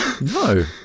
No